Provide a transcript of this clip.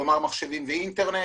כלומר מחשבים ואינטרנט.